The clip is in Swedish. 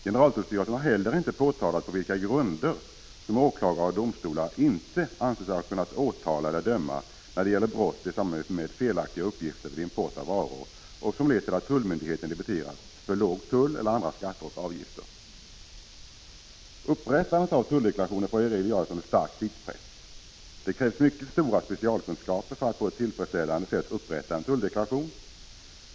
Generaltullstyrelsen har heller inte påpekat på vilka grunder åklagare och domstolar inte ansetts sig ha kunnat åtala eller döma när det gäller brott i samband med felaktiga uppgifter vid import av varor som lett till att tullmyndigheten debiterat för låg tull eller för låga andra skatter och avgifter. Upprättandet av tulldeklarationer får i regel göras under stark tidspress. Det krävs mycket stora specialkunskaper för att på ett tillfredsställande sätt — Prot. 1985/86:49 upprätta en tulldeklaration.